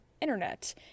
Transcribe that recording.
Internet